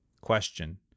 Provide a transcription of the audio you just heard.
Question